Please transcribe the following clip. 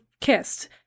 kissed